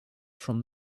from